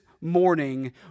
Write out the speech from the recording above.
morning